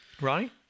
Ronnie